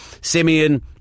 Simeon